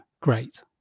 Great